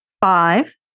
Five